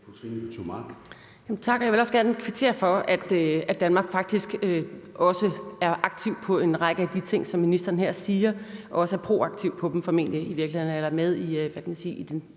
Tak, og jeg vil også gerne kvittere for, at Danmark faktisk også er aktiv i forhold til en række af de ting, som ministeren her siger, og formentlig i virkeligheden også er proaktiv